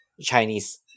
Chinese